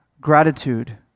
gratitude